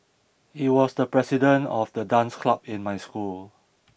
he was the president of the dance club in my school